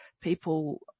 people